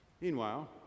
Meanwhile